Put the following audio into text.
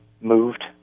moved